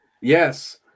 yes